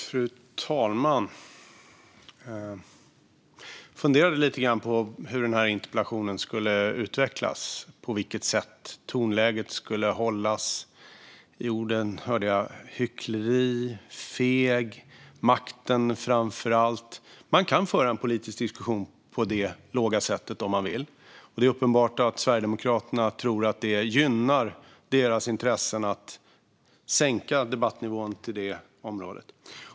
Fru talman! Jag funderade lite grann på hur den här interpellationsdebatten skulle utvecklas och på vilket sätt tonläget skulle hållas. Jag hörde orden hyckleri, feg och makten framför allt. Man kan föra en politisk diskussion på det låga sättet om man vill. Det är uppenbart att Sverigedemokraterna tror att det gynnar deras intressen att sänka debattnivån till detta läge.